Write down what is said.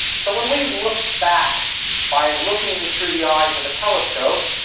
so when we look back by looking through the eyes of a telescope,